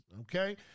Okay